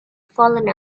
fallen